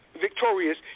victorious